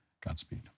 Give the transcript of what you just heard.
Godspeed